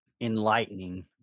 enlightening